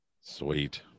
Sweet